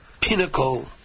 pinnacle